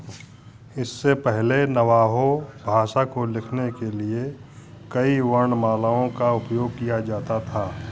इससे पहले नवाहो भाषा को लिखने के लिए कई वर्णमालाओं का उपयोग किया जाता था